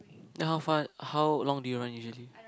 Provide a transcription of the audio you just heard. how far how long do you run usually